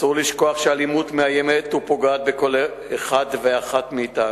אסור לשכוח שאלימות מאיימת ופוגעת בכל אחד ואחת מאתנו,